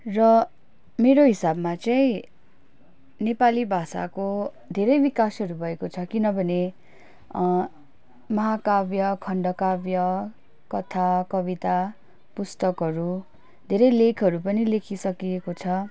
र मेरो हिसाबमा चाहिँ नेपाली भाषाको धेरै बिकासहरू भएको छ किनभने महाकाव्य खण्डकाव्य कथा कविता पुस्तकहरू धेरै लेखहरू पनि लेखी सकिएको छ